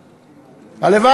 הלוואי.